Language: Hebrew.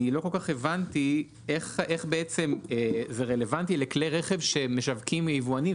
אני לא כל כך הבנתי איך בעצם זה רלוונטי לכלי רכב שמשווקים מיבואנים,